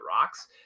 rocks